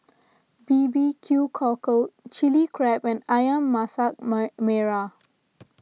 B B Q Cockle Chili Crab and Ayam Masak Merah